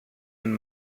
and